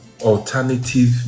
alternative